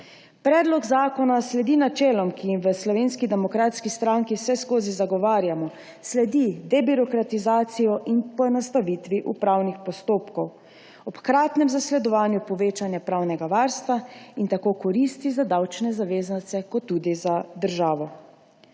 Predlog zakona sledi načelom, ki jih v Slovenski demokratski stranki vseskozi zagovarjamo. Sledi debirokratizaciji in poenostavitvi upravnih postopkov ob hkratnem zasledovanju povečanja pravnega varstva in tako koristi za davčne zavezance ter tudi za državo.